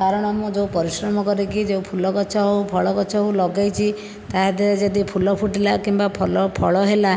କାରଣ ମୁଁ ଯେଉଁ ପରିଶ୍ରମ କରିକି ଯେଉଁ ଫୁଲ ଗଛ ହେଉ ଫଳ ଗଛ ହେଉ ଲଗେଇଛି ତା ଦେହରେ ଯଦି ଫୁଲ ଫୁଟିଲା କିମ୍ବା ଭଲ ଫଳ ହେଲା